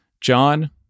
John